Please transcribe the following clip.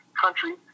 country